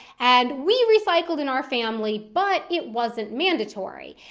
and we recycled in our family, but it wasn't mandatory.